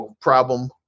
problem